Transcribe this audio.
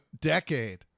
decade